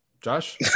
josh